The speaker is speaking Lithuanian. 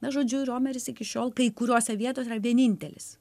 na žodžiu riomeris iki šiol kai kuriose vietose yra vienintelis